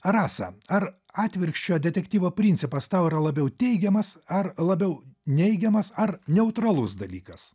rasa ar atvirkščio detektyvo principas tau yra labiau teigiamas ar labiau neigiamas ar neutralus dalykas